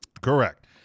Correct